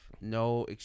No